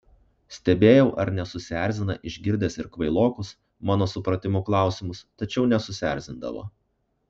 stebėjau ar nesusierzina išgirdęs ir kvailokus mano supratimu klausimus tačiau nesusierzindavo